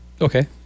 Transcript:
Okay